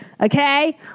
Okay